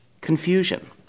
confusion